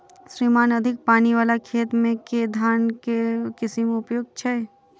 श्रीमान अधिक पानि वला खेत मे केँ धान केँ किसिम उपयुक्त छैय?